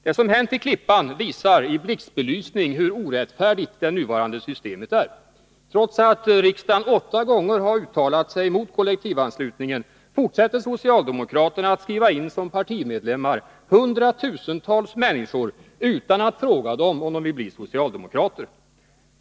Det som hänt i Klippan visar i blixtbelysning hur orättfärdigt det nuvarande systemet är. Trots att riksdagen åtta gånger har uttalat sig mot kollektivanslutningen fortsätter socialdemokraterna att skriva in hundratusentals människor som partimedlemmar utan att fråga dem om de vill bli socialdemokrater.